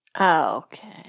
Okay